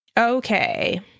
Okay